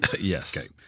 Yes